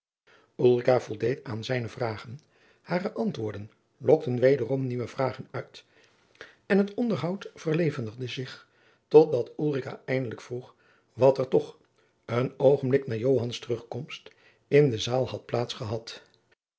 voldeed aan zijne vragen hare antwoorden lokten wederom nieuwe vragen uit en het onderhoud verlevendigde zich tot dat ulrica eindelijk vroeg wat er toch een oogenblik na joans terugkomst in de zaal had